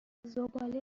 زباله